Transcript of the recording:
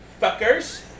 fuckers